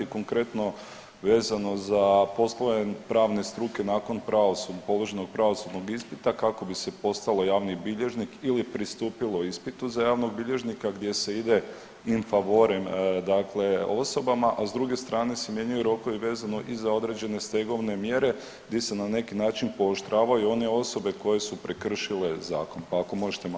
Konkretno vezano za poslove pravne struke nakon položenog pravosudnog ispita kako bi se postalo javni bilježnik ili pristupilo ispitu za javnog bilježnika, gdje se ide in favorem, dakle osobama a s druge strane se mijenjaju rokovi vezano i za određene stegovne mjere gdje se na neki način pooštravaju one osobe koje su prekršile zakon, pa ako možete malo o tome.